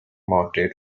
mounted